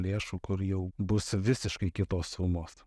lėšų kur jau bus visiškai kitos sumos